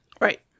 Right